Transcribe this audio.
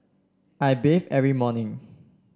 I bathe every morning